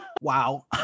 Wow